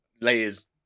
layers